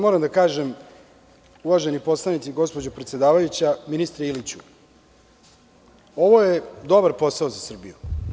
Moram da kažem, uvaženi poslanici, gospođo predsedavajuća, ministre Iliću, ovo je dobar posao za Srbiju.